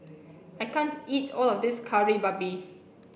I can't eat all of this Kari Babi